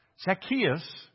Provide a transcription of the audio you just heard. Zacchaeus